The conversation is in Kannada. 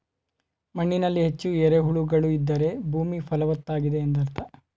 ಮಣ್ಣಿನಲ್ಲಿ ಹೆಚ್ಚು ಎರೆಹುಳುಗಳು ಇದ್ದರೆ ಭೂಮಿ ಫಲವತ್ತಾಗಿದೆ ಎಂದರ್ಥ